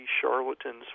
charlatans